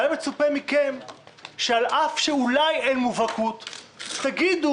היה מצופה מכם שעל אף שאולי אין מובהקות תגידו: